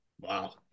Wow